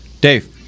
Dave